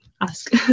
ask